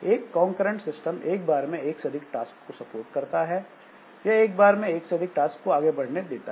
एक concurrent system एक बार में एक से अधिक टास्क को सपोर्ट करता है यह एक बार में एक से अधिक टास्क को आगे बढ़ने देता है